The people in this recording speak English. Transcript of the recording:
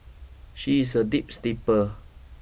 she is a deep sleeper